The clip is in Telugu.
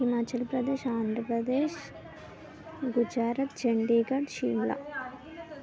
హిమాచల్ ప్రదేశ్ ఆంధ్రప్రదేశ్ గుజరాత్ చండీగఢ్ షిమ్లా